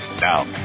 Now